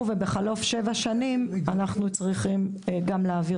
ובחלוף שבע שנים אנחנו צריכים גם להעביר.